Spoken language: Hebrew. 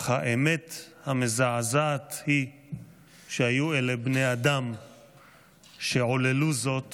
אך האמת המזעזעת היא שהיו אלה בני אדם שעוללו זאת